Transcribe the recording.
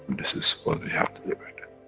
this is what we have delivered.